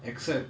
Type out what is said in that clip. accept